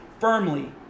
firmly